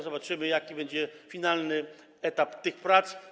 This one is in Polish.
Zobaczymy, jaki będzie finalny etap tych prac.